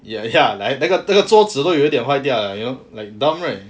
ya like 那个那个桌子都有点坏掉 you know like dumb right